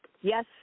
yes